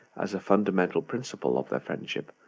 as a fundamental principle of their friendship,